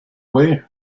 way